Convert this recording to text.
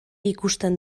ikusten